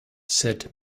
said